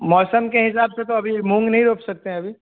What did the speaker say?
मौसम के हिसाब से तो अभी मूँग नहीं रोप सकते हैं अभी